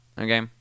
Okay